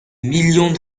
millions